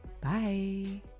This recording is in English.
Bye